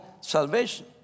salvation